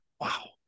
Wow